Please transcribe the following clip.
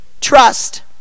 Trust